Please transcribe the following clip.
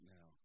now